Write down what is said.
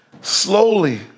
slowly